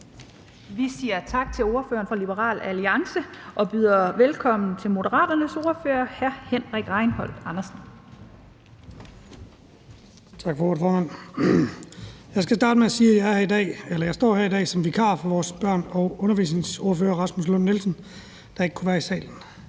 Vi siger tak til ordføreren for Liberal Alliance. Vi byder velkommen til Moderaternes ordfører hr. Henrik Rejnholt Andersen. Kl. 14:23 (Ordfører) Henrik Rejnholt Andersen (M): Tak for ordet, formand. Jeg skal starte med at sige, at jeg står her i dag som vikar for vores børne- og undervisningsordfører Rasmus Lund-Nielsen, der ikke kan være i salen.